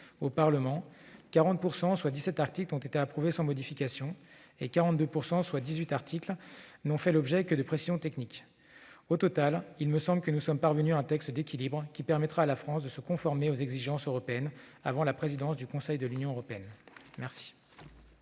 au Parlement, 40 %- soit 17 articles -ont été approuvés sans modification et 42 %- soit 18 articles -n'ont fait l'objet que de précisions techniques. Au total, il me semble que nous sommes parvenus à un texte d'équilibre, qui permettra à la France de se conformer aux exigences européennes avant la présidence du Conseil de l'Union européenne. La